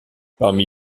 parmi